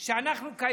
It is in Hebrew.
אנחנו,